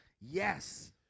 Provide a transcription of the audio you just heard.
Yes